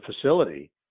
facility